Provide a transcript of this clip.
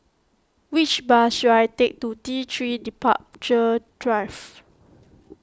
which bus should I take to T three Departure Drive